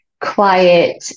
quiet